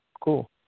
Cool